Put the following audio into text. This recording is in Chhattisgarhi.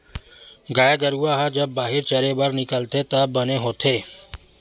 गाय गरूवा ह जब बाहिर चरे बर निकलथे त बने होथे